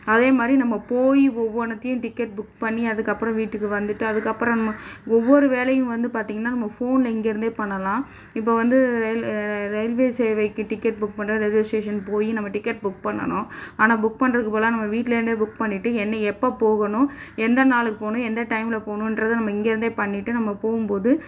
அதேமாதிரி நம்ம போய் ஒவ்வொன்னுத்தையும் டிக்கெட் புக் பண்ணி அதுக்கப்புறம் வீட்டுக்கு வந்துவிட்டு அதுக்கப்புறம் ஒவ்வொரு வேலையும் வந்து பார்த்தீங்கன்னா நம்ம ஃபோனில் இங்கேயிருந்தே பண்ணலாம் இப்போது வந்து ரயில் ரயில்வே சேவைக்கு டிக்கெட் புக் பண்ணுறது ரயில்வே ஸ்டேஷன் போய் நம்ம டிக்கெட் புக் பண்ணணும் ஆனால் புக் பண்ணுறதுக்கு பதிலாக நம்ம வீட்டுலேருந்தே புக் பண்ணிவிட்டு என்ன எப்போ போகணும் எந்த நாளுக்கு போகணும் எந்த டைமில் போகணுன்றத நம்ம இங்கேயிருந்தே பண்ணிவிட்டு நம்ம போகும்போது